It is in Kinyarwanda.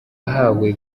wahawe